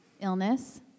illness